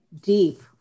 deep